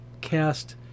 cast